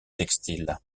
textile